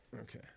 okay